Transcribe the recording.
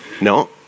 No